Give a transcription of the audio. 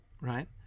right